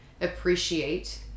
appreciate